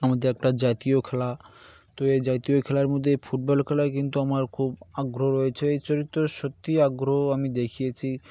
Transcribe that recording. আমাদের একটা জাতীয় খেলা তো এই জাতীয় খেলার মধ্যে ফুটবল খেলায় কিন্তু আমার খুব আগ্রহ রয়েছে এই চরিত্রর সত্যিই আগ্রহ আমি দেখিয়েছি